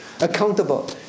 Accountable